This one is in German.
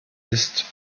ist